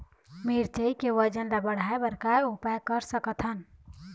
मिरचई के वजन ला बढ़ाएं बर का उपाय कर सकथन?